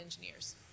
engineers